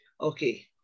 Okay